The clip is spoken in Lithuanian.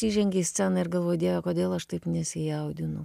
įžengi į sceną ir galvoji dieve kodėl aš taip nesijaudinu